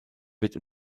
wird